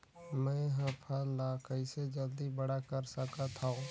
मैं ह फल ला कइसे जल्दी बड़ा कर सकत हव?